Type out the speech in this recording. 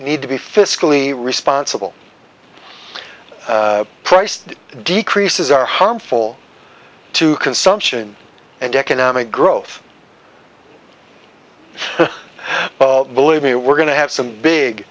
need to be fiscally responsible price decreases are harmful to consumption and economic growth believe me we're going to have some big